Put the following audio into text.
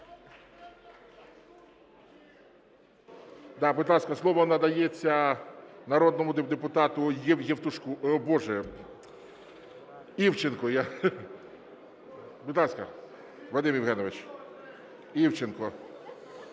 слово надається народному депутату Євтушку… боже, Івченку. Будь ласка, Вадим Євгенович Івченко.